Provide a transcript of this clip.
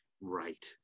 right